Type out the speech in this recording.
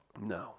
No